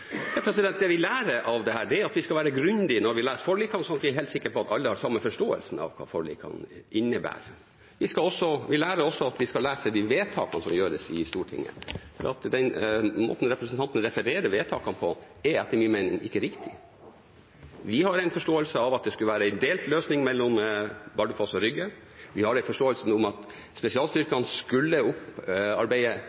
Det vi lærer av dette, er at vi skal være grundige når vi leser forlikene, slik at vi er helt sikre på at alle har samme forståelse av hva forlikene innebærer. Vi lærer også at vi skal lese de vedtakene som gjøres i Stortinget. Den måten representanten Huitfeldt refererer vedtakene på, er etter min mening ikke riktig. Vi har en forståelse av at det skulle være en delt løsning mellom Bardufoss og Rygge. Vi har en forståelse om at